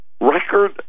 record